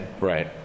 Right